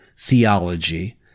theology